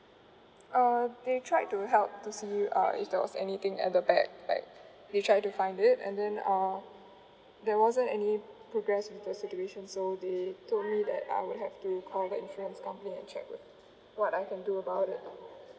uh they tried to help to see uh if there was anything at the back like they tried to find it and then uh there wasn't any progress with the situation so they told me that I would have to call the insurance company and check what I can do about it